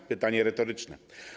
To pytanie retoryczne.